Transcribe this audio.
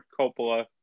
Coppola